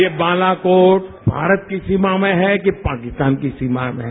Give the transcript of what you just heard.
ये बालाकोट भारत की सीमा में है के पाकिस्तान की सीमा में है